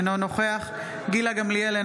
אינו נוכח גילה גמליאל,